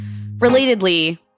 Relatedly